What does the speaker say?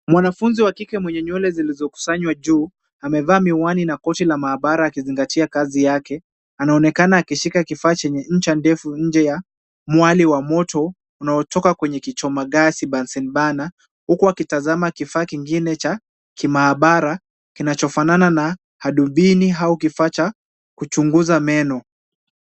Mwanafunzi wa kike mwenye nywele zilizokusanywa juu, amevaa miwani na koti la maabara akizingatia kazi yake. Anaonekana akishika kifaa chenye ncha ndefu nje ya mwale wa moto, unaotoka kwenye kichoma gasi bunsen burner huku akitazama kifaa kingine cha maabara, kinachofanana na hadubini au kifaa cha kuchunguza meno.